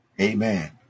amen